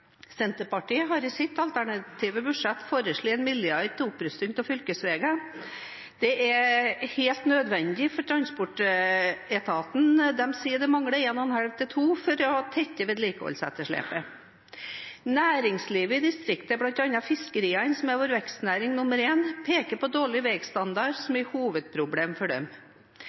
Senterpartiet har i sitt alternative budsjett foreslått 1 mrd. kr til opprustning av fylkesveier. Det er helt nødvendig for transportetaten, som sier at det mangler 1,5–2 mrd. kr for å tette vedlikeholdsetterslepet. Næringslivet i distriktet, bl.a. fiskeriene, som er vår vekstnæring nr. én, peker på dårlig veistandard som et hovedproblem for dem.